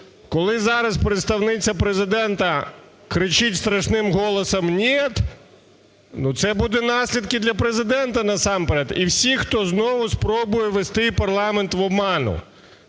Коли зараз представниця Президента кричить страшним голосом "нет", ну, це будуть наслідки для Президента насамперед і всіх, хто знову спробує ввести парламент в оману.